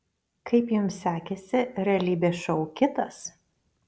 kaip jums sekėsi realybės šou kitas